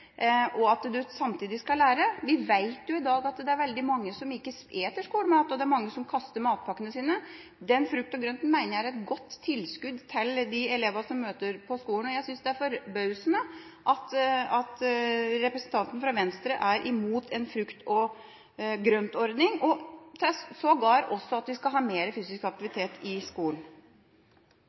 og at man samtidig skal lære. Vi vet i dag at det er veldig mange som ikke spiser skolemat, og det er mange som kaster matpakkene sine. Frukt og grønt mener jeg er et godt tilskudd til elevene på skolen. Jeg synes det er forbausende at representanten fra Venstre er imot en frukt og grønt-ordning og – sågar – at man skal ha mer fysisk aktivitet i skolen.